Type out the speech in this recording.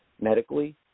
medically